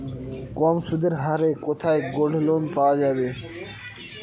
কম সুদের হারে কোথায় গোল্ডলোন পাওয়া য়ায়?